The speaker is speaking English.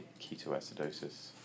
ketoacidosis